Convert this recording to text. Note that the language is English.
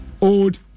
old